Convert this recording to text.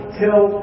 till